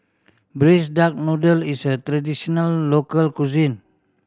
Braised Duck Noodle is a traditional local cuisine